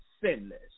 sinless